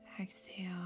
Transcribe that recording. exhale